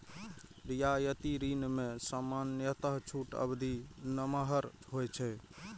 रियायती ऋण मे सामान्यतः छूट अवधि नमहर होइ छै